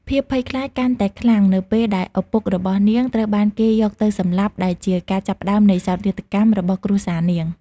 ភាពភ័យខ្លាចកាន់តែខ្លាំងនៅពេលដែលឪពុករបស់នាងត្រូវបានគេយកទៅសម្លាប់ ដែលជាការចាប់ផ្ដើមនៃសោកនាដកម្មរបស់គ្រួសារនាង។